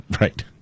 Right